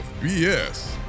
BS